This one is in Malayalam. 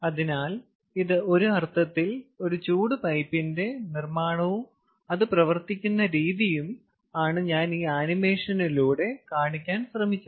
അതിനാൽ ഇത് ഒരു അർത്ഥത്തിൽ ഒരു ചൂട് പൈപ്പിന്റെ നിർമ്മാണവും അത് പ്രവർത്തിക്കുന്ന രീതിയും ആണ് ഞാൻ ഈ ആനിമേഷനിലൂടെ കാണിക്കാൻ ശ്രമിച്ചത്